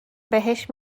بهش